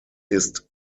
ist